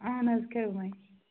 اَہَن حظ کھِرمَے